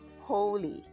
holy